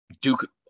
Duke